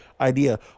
idea